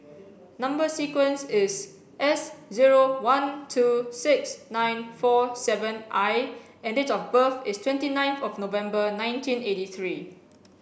number sequence is S zero one two six nine four seven I and date of birth is twenty ninth of November nineteen eighty three